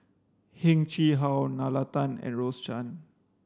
Heng Chee How Nalla Tan and Rose Chan